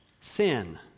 sin